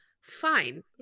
Fine